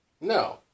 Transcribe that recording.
No